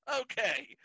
Okay